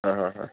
ആ ഹ ഹ